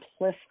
simplistic